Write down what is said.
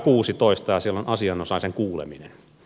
se on asianosaisen kuuleminen